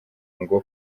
ngo